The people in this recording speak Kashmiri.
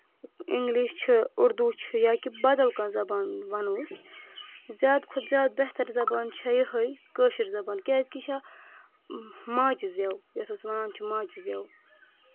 انگلِش چھ اُردو چھُ یا کہ بدل کانٛہہ زَبان وَنو أسۍ زیادٕ کھۄتہٕ زیادٕ بہتر زَبان چھےٚ یہے کٲشِر زَبان کیٚازِ کہِ یہ چھِ اکھ ماجہِ زیو یَتھ أسۍ ونان چھ ماجہِ زیو